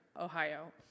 Ohio